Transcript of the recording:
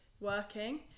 working